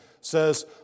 says